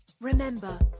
Remember